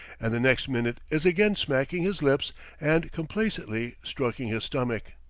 and the next minute is again smacking his lips and complacently stroking his stomach.